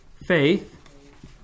Faith